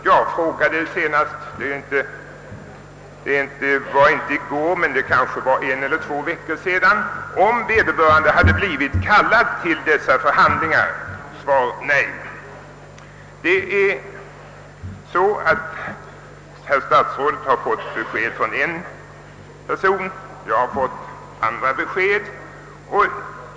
Jag frågade — inte i går men kanske för en eller två veckor sedan — om vederbörande hade blivit kallad till några förhandlingar. Svaret blev nej. Herr statsrådet har fått besked från en person; jag har fått andra besked.